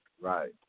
Right